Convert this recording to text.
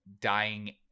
dying